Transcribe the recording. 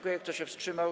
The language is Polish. Kto się wstrzymał?